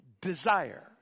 desire